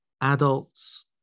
adults